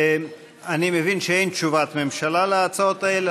אני מבין שאין תשובת ממשלה על ההצעות האלה,